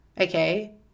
Okay